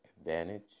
advantage